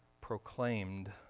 proclaimed